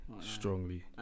strongly